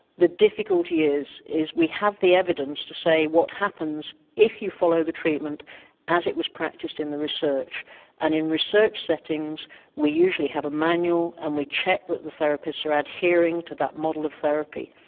the difficulty is is we have the evidence to say what happens if you follow the treatment as it was practiced in the research and in research settings we usually have a manual and we check that the therapists are adhering to that model of therapy.